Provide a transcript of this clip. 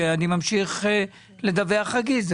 שבו אני ממשיך לדווח רגיל.